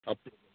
up